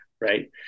right